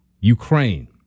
Ukraine